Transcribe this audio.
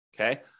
okay